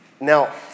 Now